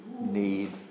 need